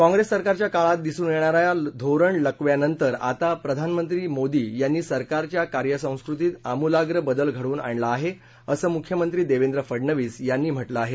काँग्रेस सरकारच्या काळात दिसून येणाऱ्या धोरण लकव्यानंतर आता प्रधानमंत्री मोदी यांनी सरकारच्या कार्यसंस्कृतीत आमूलाग्र बदल घडवून आणला आहे असं मुख्यमंत्री देवेंद्र फडणवीस यांनी म्हटलं आहे